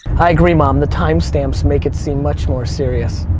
i agree mom, the time stamps make it seem much more serious.